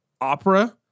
opera